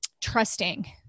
trusting